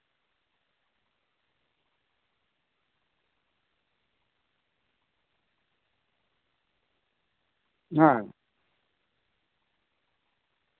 ᱦᱮᱸ